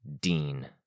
Dean